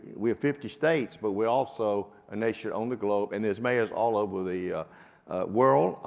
we're fifty states, but we're also a nation on the globe, and there's mayors all over the world.